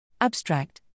Abstract